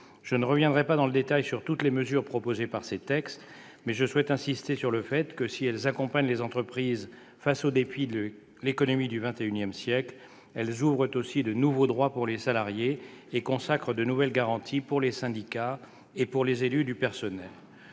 Je ne reviendrai pas dans le détail sur toutes les mesures figurant dans ces textes, mais je souhaite insister sur le fait que, si elles visent à aider les entreprises à relever les défis de l'économie du XXI siècle, elles ouvrent aussi de nouveaux droits pour les salariés et consacrent de nouvelles garanties pour les syndicats et les élus du personnel.